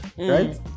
Right